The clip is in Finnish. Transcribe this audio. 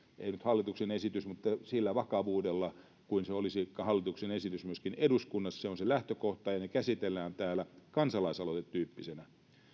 ei nyt hallituksen esitys mutta sillä vakavuudella kuin se olisi hallituksen esitys se on se lähtökohta ja ne käsitellään täällä kansalaisaloitetyyppisenä